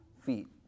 feet